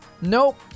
Nope